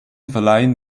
verleihen